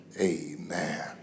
amen